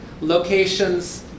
locations